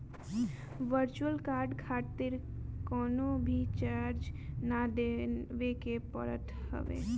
virtual card खातिर कवनो भी चार्ज ना देवे के पड़त हवे